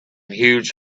huge